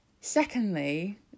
secondly